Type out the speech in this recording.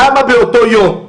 למה באותו יום,